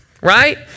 right